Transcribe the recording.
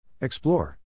Explore